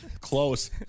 close